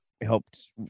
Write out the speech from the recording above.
helped